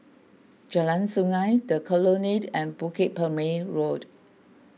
Jalan Sungei the Colonnade and Bukit Purmei Road